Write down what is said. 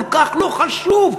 כל כך לא חשוב.